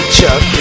Chuck